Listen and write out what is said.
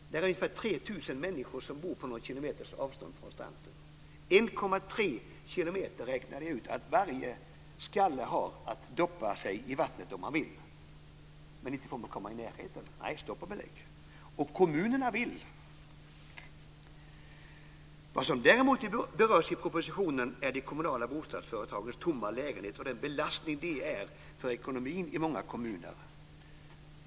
Det finns ungefär 3 000 människor som bor på någon kilometers avstånd från stranden. Jag räknade ut att varje skalle har 1,3 kilometer för att doppa sig i vattnet om man vill, men man får inte komma i närheten. Där är det stopp och belägg, men kommunerna vill. Vad som däremot berörs i propositionen är de kommunala bostadsföretagens tomma lägenheter och den belastning de är för ekonomin i många kommuner.